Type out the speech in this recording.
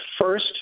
First